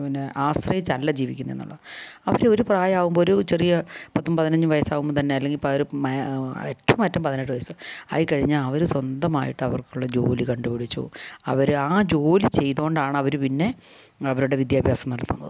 പിന്നെ ആശ്രയിച്ചല്ല ജീവിക്കുന്നത് എന്നുള്ളതാണ് അവർ ഒരു പ്രയമാകുമ്പോൾ ഒരു ചെറിയ പത്തും പതിനഞ്ചും വയസ്സാകുമ്പോൾ തന്നെ അല്ലങ്കിൽ ഒരു ഏറ്റവും അറ്റം പതിനെട്ട് വയസ്സ് അത് കഴിഞ്ഞാൽ അവർ സ്വന്തമയിട്ട് അവർക്കൂള്ള ജോലി കണ്ട് പിടിച്ചു അവർ ആ ജോലി ചെയ്തുകൊണ്ടാണവർ പിന്നെ അവരുടെ വിദ്യാഭ്യാസം നടത്തുന്നത്